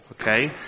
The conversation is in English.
okay